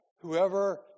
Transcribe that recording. whoever